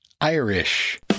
Irish